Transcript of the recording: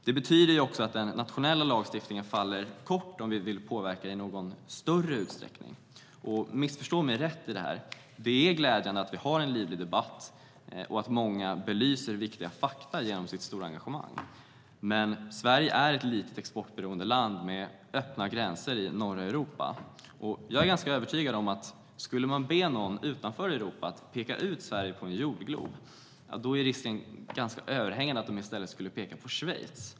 Det betyder att den nationella lagstiftningen kommer till korta om vi vill påverka i någon större utsträckning. Missförstå mig rätt. Det är glädjande att vi har en livlig debatt och att många belyser viktiga fakta genom sitt stora engagemang. Men Sverige är ett litet, exportberoende land med öppna gränser i norra Europa. Skulle vi be någon utanför Europa att peka ut Sverige på en jordglob är risken överhängande att de i stället skulle peka på Schweiz.